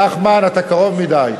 נחמן, אתה קרוב מדי.